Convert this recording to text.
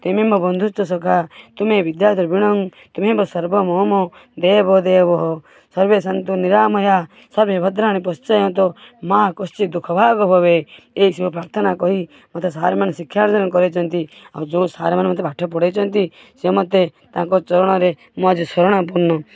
ତ୍ୱମେବ ବନ୍ଧୁଶ୍ଚ ଶଖା ତୁମେ ବିଦ୍ୟା ଦ୍ରବୀଣଂ ତ୍ୱମେବ ସର୍ବ ମମ ଦେବ ଦେବ ସର୍ବେ ସନ୍ତୁ ନିରାମୟା ସର୍ବେ ଭଦ୍ରାଣୀ ପଶ୍ଚୟନ୍ତୁ ମା କଶ୍ଚିତ ଦୁଃଖ ବା ଭବେ ଏଇସବୁ ପ୍ରାର୍ଥନା କହି ମତେ ସାରମାନେ ଶିକ୍ଷା ଅର୍ଜନ କରାଇଛନ୍ତି ଆଉ ଯେଉଁ ସାରମାନେ ମତେ ପାଠ ପଢ଼ାଇଛନ୍ତି ସେ ମତେ ତାଙ୍କ ଚରଣରେ ମୁଁ ଆଜି ଶରଣାପନ୍ନ